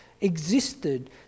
existed